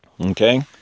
Okay